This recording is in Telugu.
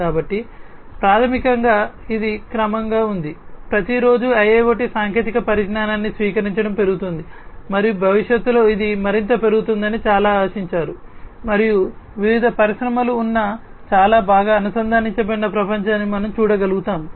కాబట్టి ప్రాథమికంగా ఇది క్రమంగా ఉంది ప్రతి రోజు IIoT సాంకేతిక పరిజ్ఞానాన్ని స్వీకరించడం పెరుగుతోంది మరియు భవిష్యత్తులో ఇది మరింత పెరుగుతుందని చాలా ఆశించారు మరియు వివిధ పరిశ్రమలు ఉన్న చాలా బాగా అనుసంధానించబడిన ప్రపంచాన్ని మనం చూడగలుగుతాము